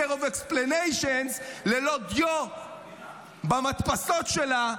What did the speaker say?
of Explanation ללא דיו במדפסות שלה,